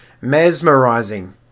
mesmerizing